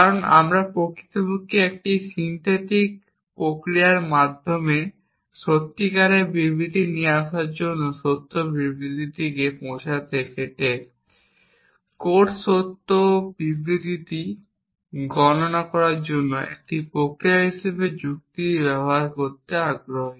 কারণ আমরা প্রকৃতপক্ষে একটি সিন্থেটিক প্রক্রিয়ার মাধ্যমে সত্যিকারের বিবৃতি নিয়ে আসার জন্য সত্য বিবৃতিতে পৌঁছাতে কোট সত্য বিবৃতিতে গণনা করার জন্য একটি প্রক্রিয়া হিসাবে যুক্তি ব্যবহার করতে আগ্রহী